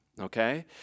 okay